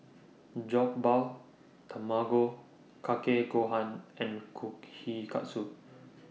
Jokbal Tamago Kake Gohan and Kushikatsu